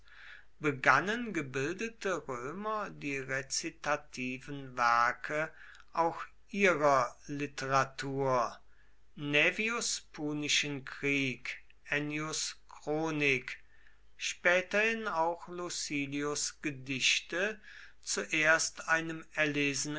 begannen gebildete römer die rezitativen werke auch ihrer literatur naevius punischen krieg ennius chronik späterhin auch lucilius gedichte zuerst einem erlesenen